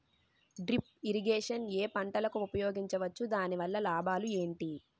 Drip irrigation ఏ పంటలకు ఉపయోగించవచ్చు? దాని వల్ల లాభాలు ఏంటి?